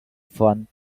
fun